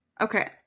Okay